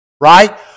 Right